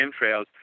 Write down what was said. chemtrails